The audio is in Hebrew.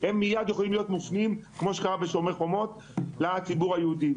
הם מיד יכולים לכוון אותם אל החברה היהודית,